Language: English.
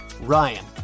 Ryan